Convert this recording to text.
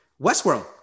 Westworld